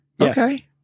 Okay